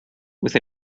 with